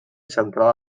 centrada